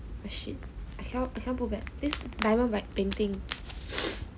ah shit I cannot put back this diamond painting